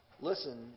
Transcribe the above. Listen